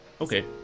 Okay